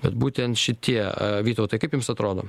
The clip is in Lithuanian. bet būtent šitie vytautai kaip jums atrodo